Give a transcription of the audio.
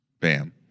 Bam